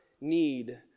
need